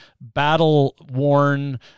battle-worn